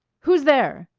who's there?